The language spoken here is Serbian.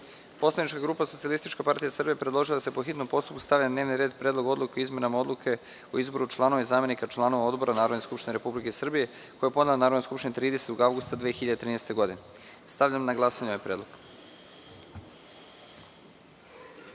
predlog. Poslanička grupa Socijalističke partije Srbije predložila je da se po hitnom postupku stavi na dnevni red Predlog odluke o izmenama Odluke o izboru članova i zamenika članova odbora Narodne skupštine Republike Srbije, koji je podnela Narodnoj skupštini 30. avgusta 2013. godine. Stavljam na glasanje ovaj predlog. Molim